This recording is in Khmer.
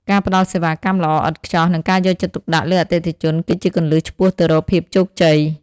ការផ្តល់សេវាកម្មល្អឥតខ្ចោះ និងការយកចិត្តទុកដាក់លើអតិថិជនគឺជាគន្លឹះឆ្ពោះទៅរកភាពជោគជ័យ។